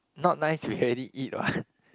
not nice you already eat what